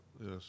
yes